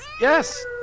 Yes